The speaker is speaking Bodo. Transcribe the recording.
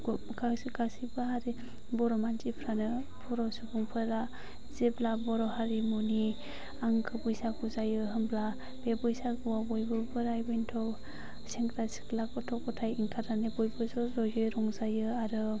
गासैबो हारि बर' मानसिफ्रानो बर' सुबुंफोरा जेब्ला बर' हारिमुनि आंगो बैसागु जायो होनब्ला बे बैसागुआव बयबो बोराइ बेन्थ' सेंग्रा सिख्ला गथ' ग'थाय ओंखारनानै बयबो ज' जयै रंजायो आरो